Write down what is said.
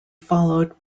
followed